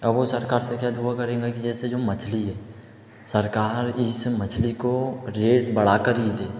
अब वो सरकार से क्या दुआ करेगा कि जैसे जो मछली है सरकार इस मछली के रेट बढ़ा कर ही दे